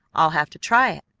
i'll have to try it.